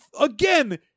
again